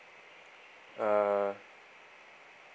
uh